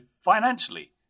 financially